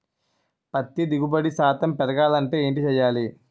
పత్తి దిగుబడి శాతం పెరగాలంటే ఏంటి చేయాలి?